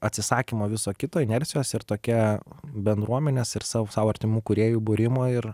atsisakymo viso kito inercijos ir tokia bendruomenės ir sau sau artimų kūrėjų būrimo ir